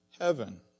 heaven